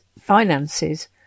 finances